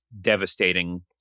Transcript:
devastating